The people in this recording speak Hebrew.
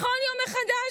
בכל יום מחדש?